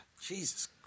Jesus